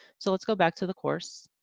so, let's go back to the course.